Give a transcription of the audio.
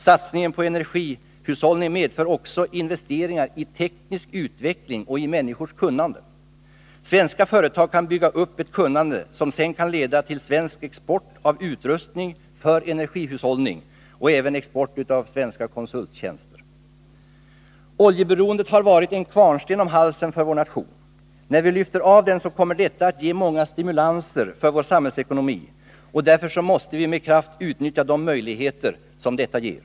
Satsningen på energihushållning medför också investeringar i teknisk utveckling och i människors kunnande. Svenska företag kan bygga upp ett kunnande som sedan kan leda till svensk export av utrustning för energihushållning och export av konsulttjänster. Oljeberoendet har varit en kvarnsten om halsen för vår nation. När vi lyfter av den, kommer detta att ge många stimulanser för vår samhällsekonomi. Därför måste vi med kraft utnyttja de möjligheter detta ger.